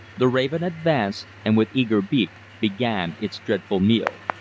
the raven advanced, and with eager beak began its dreadful meal.